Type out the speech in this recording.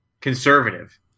conservative